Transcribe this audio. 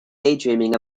daydreaming